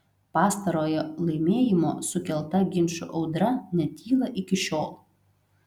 pastarojo laimėjimo sukelta ginčų audra netyla iki šiol